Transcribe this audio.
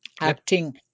acting